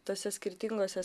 tuose skirtinguose